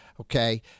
Okay